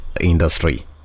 industry